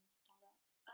startups